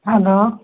hello